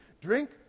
Drink